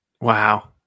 Wow